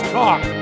talk